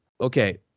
Okay